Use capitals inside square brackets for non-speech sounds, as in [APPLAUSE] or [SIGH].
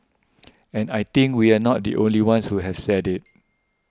[NOISE] and I think we're not the only ones who have said it